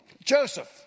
Joseph